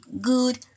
good